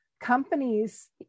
companies